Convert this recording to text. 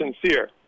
sincere